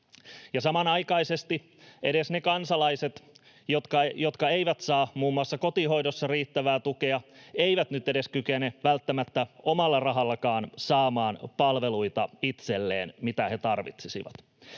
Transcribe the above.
samanaikaisesti edes ne kansalaiset, jotka eivät saa muun muassa kotihoidossa riittävää tukea, eivät nyt kykene välttämättä edes omalla rahallakaan saamaan itselleen palveluita, mitä he tarvitsisivat.